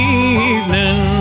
evening